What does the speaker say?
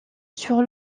sur